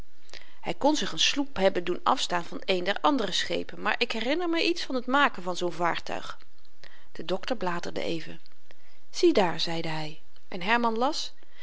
hy kon zich n sloep hebben doen afstaan van een der andere schepen maar ik herinner me iets van t maken van zoo'n vaartuig de dokter bladerde even ziedaar zeide hy en herman las